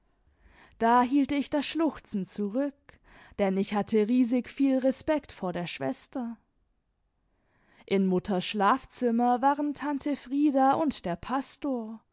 da hielt ich das schluchzen zurück denn ich hatte riesig viel respekt vor der schwester in mutters schlafzimmer waren tante frieda und der pastor